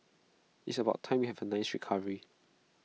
it's about time we had A nice recovery